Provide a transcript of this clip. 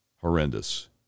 horrendous